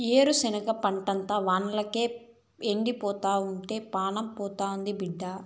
ఏరుశనగ పంటంతా వానల్లేక ఎండిపోతుంటే పానం పోతాండాది బిడ్డా